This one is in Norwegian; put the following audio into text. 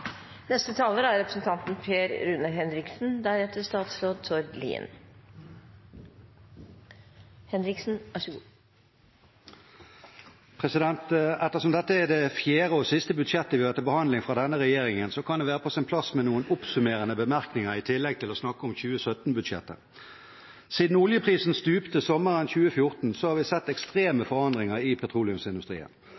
Ettersom dette er det fjerde og siste budsjettet vi har til behandling fra denne regjeringen, kan det være på sin plass med noen oppsummerende bemerkninger i tillegg til å snakke om 2017-budsjettet. Siden oljeprisen stupte sommeren 2014, har vi sett ekstreme